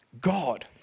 God